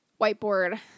whiteboard